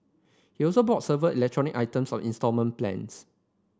he also bought serve items on instalment plans